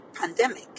pandemic